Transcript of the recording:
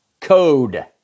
code